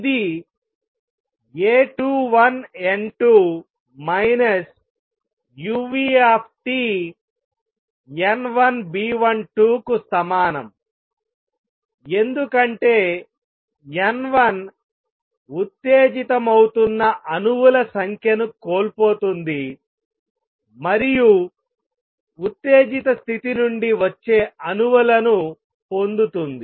ఇది A21N2 uTN1B12కు సమానం ఎందుకంటే N1 ఉత్తేజితమవుతున్న అణువుల సంఖ్యను కోల్పోతోంది మరియు ఉత్తేజిత స్థితి నుండి వచ్చే అణువులను పొందుతుంది